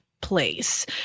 place